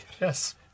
Yes